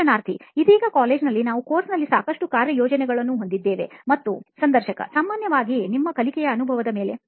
ಸಂದರ್ಶನಾರ್ಥಿ ಇದೀಗ ಕಾಲೇಜಿನಲ್ಲಿ ನಾವು course ನಲ್ಲಿ ಸಾಕಷ್ಟು ಕಾರ್ಯಯೋಜನೆಗಳನ್ನು ಹೊಂದಿದ್ದೇವೆ ಮತ್ತು ಸಂದರ್ಶಕ ಸಾಮಾನ್ಯವಾಗಿ ನಿಮ್ಮ ಕಲಿಕೆಯ ಅನುಭವದ ಮೇಲೆ